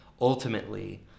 ultimately